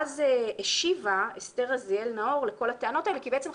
ואז השיבה אסתר רזיאל נאור לטענות האלה כי בעצם,